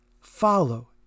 follow